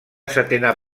setena